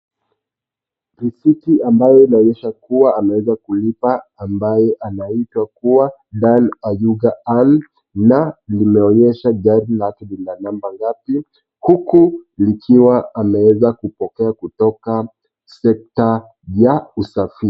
Risiti ambayo inaonyesha kuwa ameweza kulipa ambayo anaitwa kuwa Dan Oyuga Anne na limeonyesha gari lake lina namba ngapi, huku likiwa ameweza kupokea kutoka sekta ya usafiri.